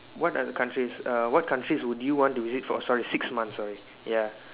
what are the countries err what country would you want to visit for sorry six months sorry ya